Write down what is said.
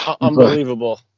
Unbelievable